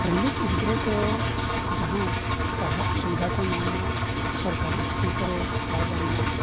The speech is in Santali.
ᱨᱮᱸᱜᱮᱡ ᱜᱤᱫᱽᱨᱟᱹ ᱠᱚ ᱡᱟᱦᱟᱸ ᱯᱟᱲᱦᱟᱜ ᱥᱩᱵᱤᱫᱷᱟ ᱠᱚ ᱧᱟᱢ ᱢᱟ ᱥᱚᱨᱠᱟᱨᱤ ᱥᱠᱩᱞ ᱠᱚᱨᱮ ᱟᱨ ᱵᱟᱝ ᱢᱟ